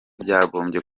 byagombye